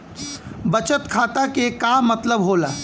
बचत खाता के का मतलब होला?